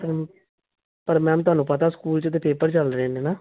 ਪਰ ਪਰ ਮੈਮ ਤੁਹਾਨੂੰ ਪਤਾ ਸਕੂਲ 'ਚ ਤਾਂ ਪੇਪਰ ਚੱਲ ਰਹੇ ਨੇ ਨਾ